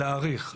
להאריך.